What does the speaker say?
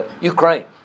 Ukraine